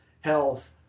health